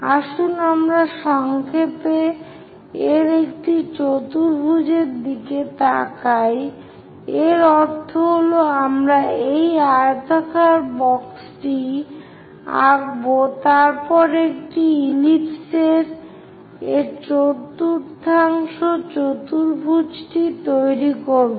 আসুন আমরা সংক্ষেপে এর একটি চতুর্ভুজের দিকে তাকাই এর অর্থ হল আমরা এই আয়তক্ষেত্রাকার বক্সটি আঁকব তারপর একটি ইলিপস এর এই চতুর্থাংশ চতুর্ভুজটি তৈরি করব